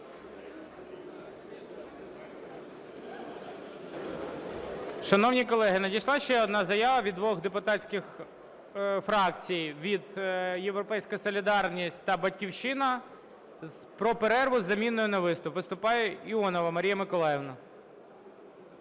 Шановні колеги, надійшла ще одна заява від двох депутатських фракцій – від "Європейської солідарності" та "Батьківщини" - про перерву з заміною на виступ. Виступає Іонова Марія Миколаївна.